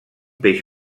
peix